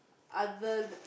other t~